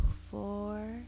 four